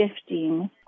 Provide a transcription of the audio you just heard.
shifting